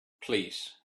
please